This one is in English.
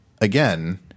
Again